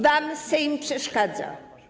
Wam Sejm przeszkadza.